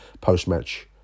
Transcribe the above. post-match